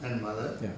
and mother